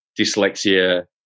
dyslexia